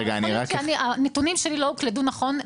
יכול להיות שהנתונים שלי לא הוקלדו נכון,